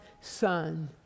Son